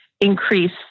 increase